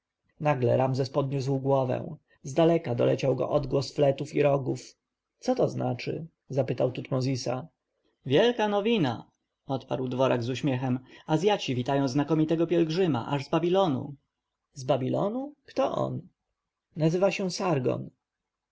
ramzes podniósł głowę zdaleka doleciał go odgłos fletów i rogów co to znaczy zapytał tutmozisa wielka nowina odparł dworak z uśmiechem azjaci witają znakomitego pielgrzyma aż z babilonu z babilonu kto on nazywa się sargon